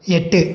எட்டு